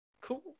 Cool